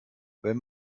wenn